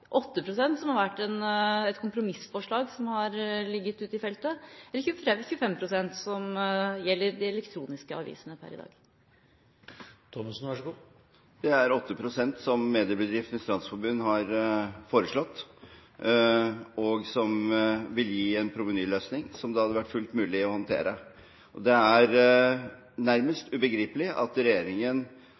pst., som har vært et kompromissforslag som har ligget ute i feltet, eller 25 pst., som gjelder de elektroniske avisene per i dag? Det er 8 pst., som Mediebedriftenes Landsforening har foreslått, og som vil gi en provenyløsning som det hadde vært fullt mulig å håndtere. Det er nærmest ubegripelig at regjeringen